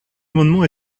amendement